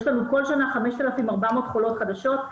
יש לנו כל שנה 5,400 חולות חדשות,